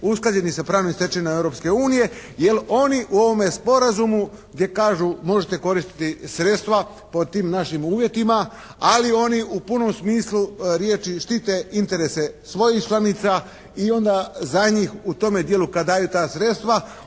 usklađeni sa pravnim stečevinama Europske unije jer oni u ovome sporazumu gdje kažu možete koristiti sredstva pod tim našim uvjetima ali oni u punom smislu riječi štite interese svojih članica i onda za njih u tome dijelu kad daju ta sredstva,